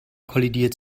kollidiert